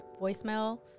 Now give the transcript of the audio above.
voicemail